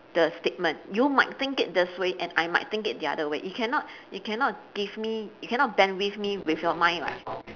the statement you might think it this way and I might think it the other way you cannot you cannot give me you cannot bend with me with your mind what